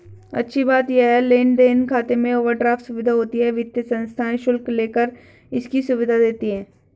अच्छी बात ये है लेन देन खाते में ओवरड्राफ्ट सुविधा होती है वित्तीय संस्थाएं शुल्क लेकर इसकी सुविधा देती है